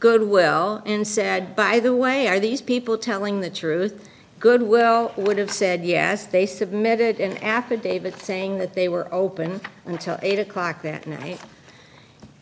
goodwill and said by the way are these people telling the truth good well would have said yes they submitted an affidavit saying that they were open until eight o'clock that night